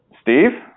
Steve